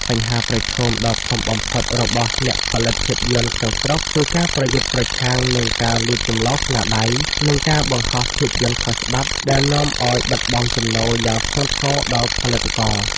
បញ្ហាប្រឈមដ៏ធំបំផុតរបស់អ្នកផលិតភាពយន្តក្នុងស្រុក គឺការប្រយុទ្ធប្រឆាំងនឹងការលួចចម្លងស្នាដៃ និងការបង្ហោះភាពយន្តខុសច្បាប់ដែលនាំឱ្យបាត់បង់ចំណូលយ៉ាងធ្ងន់ធ្ងរដល់ផលិតករ។